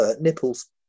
nipples